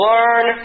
Learn